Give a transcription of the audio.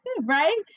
right